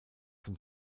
zum